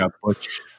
Butch